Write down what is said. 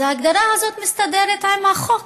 אז ההגדרה הזאת מסתדרת עם החוק,